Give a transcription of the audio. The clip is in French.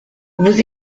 vos